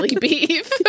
beef